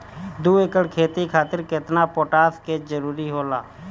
दु एकड़ खेती खातिर केतना पोटाश के जरूरी होला?